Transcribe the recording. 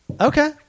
Okay